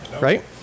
right